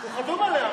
הוא חתום עליה,